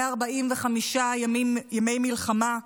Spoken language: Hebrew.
145 ימי מלחמה,